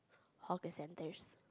hawker centres